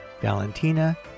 Valentina